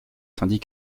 tandis